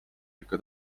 ikka